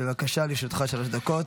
בבקשה, לרשותך שלוש דקות.